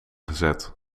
gezet